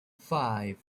five